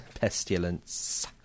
pestilence